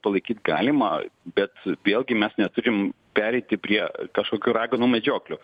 palaikyt galima bet vėlgi mes neturim pereiti prie kažkokių raganų medžioklių